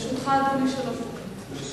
לרשותך, אדוני, שלוש דקות.